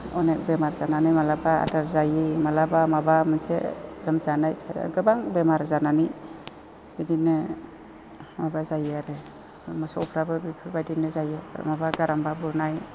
अनेख बेमार जानानै माब्लाबा आदार जायि मालाबा माबा मोनसे लोमजानाय गोबां बेमार जानानै बिदिनो माबा जायो आरो मोसौफ्राबो बेफोरबायदिनो जायो माब्लाबा गारामा बुनाय